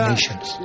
Nations